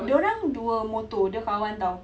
dia orang dua motor dia kawan [tau]